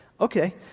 Okay